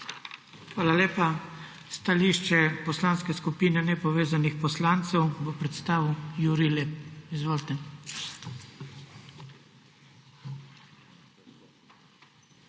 Hvala lepa. Stališče Poslanske skupine nepovezanih poslancev bo predstavil Jurij Lep. Izvolite.